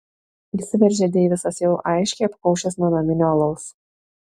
įsiveržia deivisas jau aiškiai apkaušęs nuo naminio alaus